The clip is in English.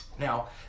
Now